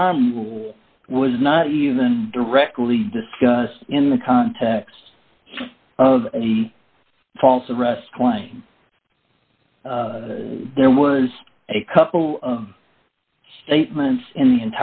crime will was not even directly discussed in the context of a false arrest claim there was a couple of statements in the